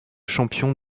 champion